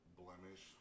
blemish